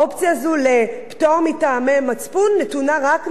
האופציה הזו לפטור מטעמי מצפון נתונה רק לנשים.